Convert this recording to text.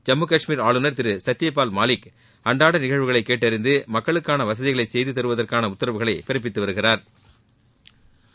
ஜம்மு காஷ்மீர் ஆளுனர் திரு சத்யபால் மாலிக் அன்றாட நிகழ்வுகளை கேட்டறிந்து மக்களுக்கான வசதிகளை செய்து தருவதற்கான உத்தரவுகளை பிறப்பித்து வருகிறாா்